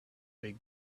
big